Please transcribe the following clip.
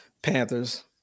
Panthers